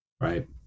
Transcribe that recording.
right